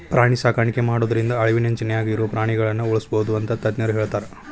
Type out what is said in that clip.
ಪ್ರಾಣಿ ಸಾಕಾಣಿಕೆ ಮಾಡೋದ್ರಿಂದ ಅಳಿವಿನಂಚಿನ್ಯಾಗ ಇರೋ ಪ್ರಾಣಿಗಳನ್ನ ಉಳ್ಸ್ಬೋದು ಅಂತ ತಜ್ಞರ ಹೇಳ್ತಾರ